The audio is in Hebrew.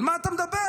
על מה אתה מדבר?